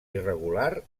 irregular